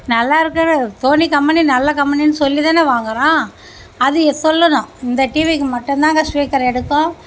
நல்லா இருக்குன்னு Sony company நல்லா கம்பெனின்னு சொல்லி தானே வாங்கறோம் அது ஏ சொல்லணும் இந்த டிவிக்கு மட்டும் தாங்க ஸ்பீக்கர் எடுக்கும்